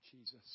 Jesus